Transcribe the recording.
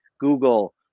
Google